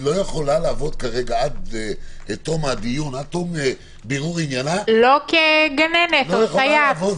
לא יכולה לעבוד כרגע עד תום בירור עניינה --- לא כגננת או סייעת.